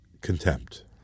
contempt